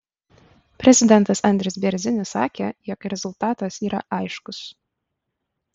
prezidentas andris bėrzinis sakė jog rezultatas yra aiškus